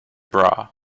bra